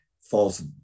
false